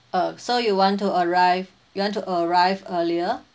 uh so you want to arrive you want to arrive earlier